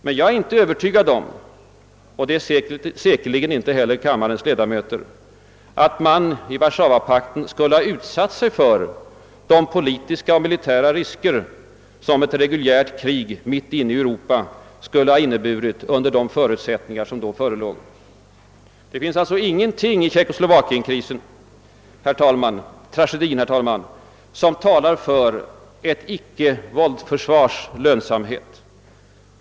Men jag är inte övertygad om, och det är säkerligen inte heller kammarens ledamöter, att man utsatt sig för de politiska och militära risker som ett reguljärt krig mitt inne i Europa skulle ha inneburit under de förutsättningar som då förelåg. Det finns alltså ingenting i den tjeckoslovakiska tragedin, herr talman, som talar för ett icke-våldsförsvars lönsamhet.